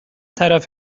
طرف